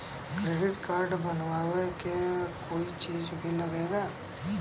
Credit card बनवावे के कोई चार्ज भी लागेला?